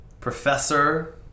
Professor